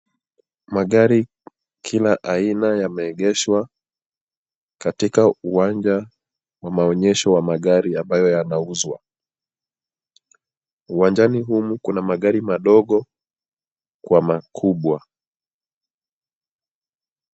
Magari kila aina yameegeshwa katika uwanja wa maonyesho wa magari ambayo yanauzwa, uwanjani humu kuna magari madogo kwa makubwa.